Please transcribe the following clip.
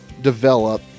develop